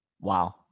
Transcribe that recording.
Wow